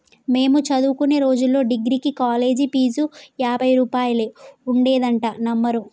మేము చదువుకునే రోజుల్లో డిగ్రీకి కాలేజీ ఫీజు యాభై రూపాయలే ఉండేదంటే నమ్మరు